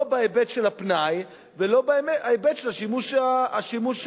לא בהיבט של הפנאי ולא בהיבט של השימוש היומיומי.